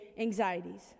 anxieties